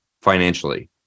financially